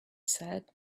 said